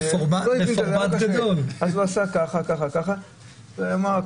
אנחנו לא